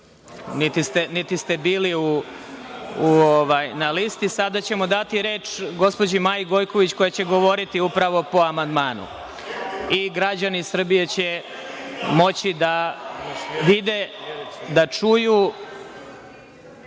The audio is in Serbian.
niti ste bili na listi. Sada ćemo dati reč gospođi Maji Gojković koja će govoriti upravo po amandmanu. Građani Srbije će moći da vide, da čuju…(Boško